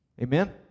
Amen